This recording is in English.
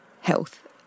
health